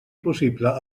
possible